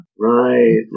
right